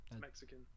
Mexican